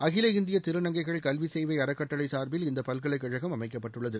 அகில இந்திய திருநங்கைகள் கல்விச் சேவை அறக்கட்டளை சார்பில் இந்தப் பல்கலைக் கழகம் அமைக்கப்பட்டுள்ளது